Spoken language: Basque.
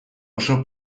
oso